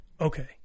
okay